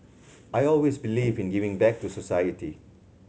I always believe in giving back to society